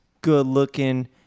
good-looking